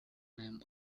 named